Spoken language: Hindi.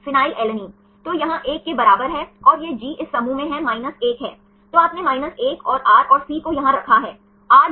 इसलिए उन्होंने प्रत्येक परमाणु को कठोर क्षेत्रों के रूप में मानने की कोशिश कीसही इसमें vibrating van der Waals radius हैं